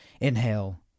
inhale